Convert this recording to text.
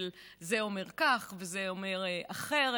של זה אומר כך וזה אומר אחרת,